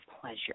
pleasure